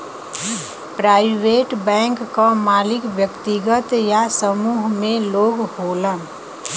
private bank क मालिक व्यक्तिगत या समूह में लोग होलन